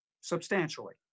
substantially